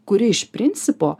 kuri iš principo